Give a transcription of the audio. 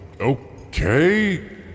Okay